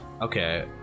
Okay